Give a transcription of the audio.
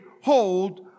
hold